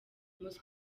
muzi